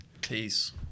Peace